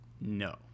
No